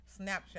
Snapchat